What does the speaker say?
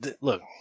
look